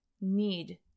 need